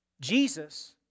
Jesus